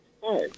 Hi